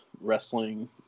wrestling